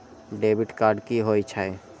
Debit card कि होई छै?